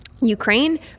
Ukraine